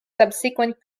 subsequent